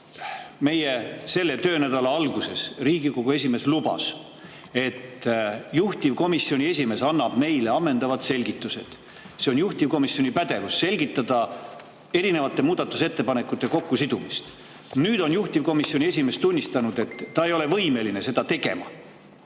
selline. Selle töönädala alguses lubas Riigikogu esimees, et juhtivkomisjoni esimees annab meile ammendavad selgitused. Juhtivkomisjoni pädevus on selgitada erinevate muudatusettepanekute kokkusidumist. Nüüd on juhtivkomisjoni esimees tunnistanud, et ta ei ole võimeline seda tegema.